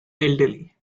elderly